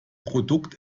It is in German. produkt